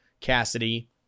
Cassidy